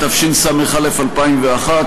התשס"א 2001,